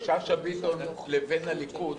שאשא ביטון לבין הליכוד?